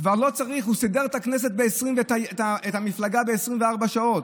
כבר לא צריך, הוא סידר את המפלגה ב-24 שעות.